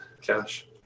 cash